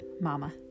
mama